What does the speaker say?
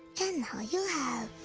and now you have.